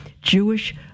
Jewish